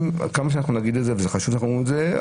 כמה שאנחנו נגיד את זה וזה חשוב שאנחנו אומרים את זה,